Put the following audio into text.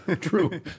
true